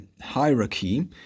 hierarchy